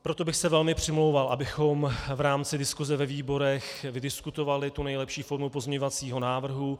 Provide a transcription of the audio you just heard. Proto bych se velmi přimlouval, abychom v rámci diskuse ve výborech vydiskutovali tu nejlepší formu pozměňovacího návrhu.